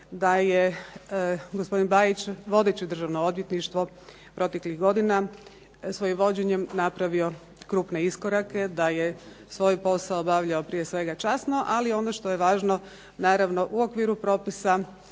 da je gospodin Bajić vodeći državno odvjetništvo proteklih godina svojim vođenjem napravio krupne iskorake, da je svoj posao obavljao prije svega časno. Ali ono što je važno naravno u okviru propisa